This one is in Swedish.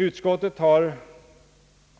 Utskottet har